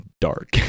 dark